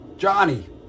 Johnny